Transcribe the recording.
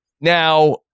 Now